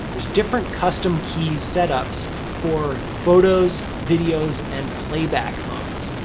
there's different custom key setups for photos, videos, and playback modes.